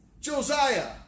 Josiah